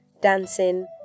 dancing